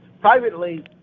Privately